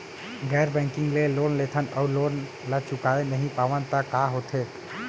गैर बैंकिंग ले लोन लेथन अऊ लोन ल चुका नहीं पावन त का होथे?